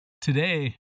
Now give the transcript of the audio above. Today